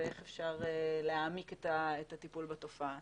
ואיך אפשר להעמיק את הטיפול בתופעה?